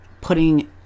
putting